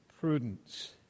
Prudence